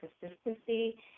consistency